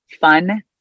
fun